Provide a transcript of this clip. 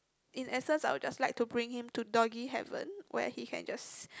in access I'll just like to bring him to Doggy Heaven where he can just